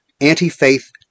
anti-faith